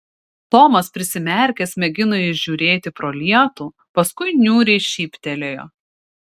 tomas prisimerkęs mėgino įžiūrėti pro lietų paskui niūriai šyptelėjo